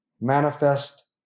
manifest